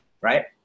Right